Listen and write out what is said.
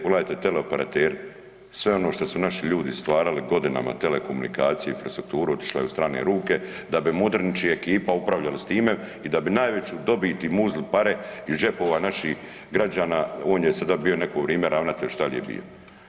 Pogledajte teleoperateri, sve ono što su naši ljudi stvarali godinama, telekomunikacije, infrastrukturu otišlo je u strane ruke da bi Mudrinić i ekipa upravljali s time i da bi najveću dobit i muzli pare iz džepova naših građana, on je sada bio neko vrijeme ravnatelj, šta li je bio.